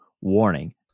warning